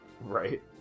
right